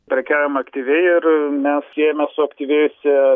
prekiaujama aktyviai ir mes siejame su aktyvėjusia